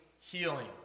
healing